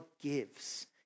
gives